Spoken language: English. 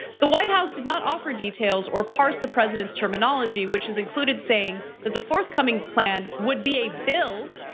the white house did not offer details or parse the president's terminology, which is included saying that the forthcoming plan would be a bill.